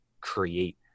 create